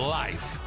life